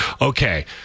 okay